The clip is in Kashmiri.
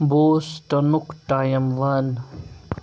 بوسٹنُک ٹایِم وَن